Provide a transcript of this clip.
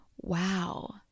wow